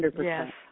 Yes